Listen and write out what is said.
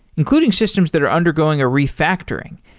including systems that are undergoing a re-factoring,